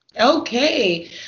Okay